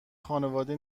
خانواده